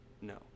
No